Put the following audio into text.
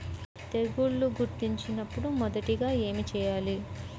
తెగుళ్లు గుర్తించినపుడు మొదటిగా ఏమి చేయాలి?